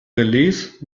relais